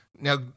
now